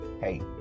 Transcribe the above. Hey